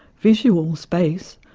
visual space,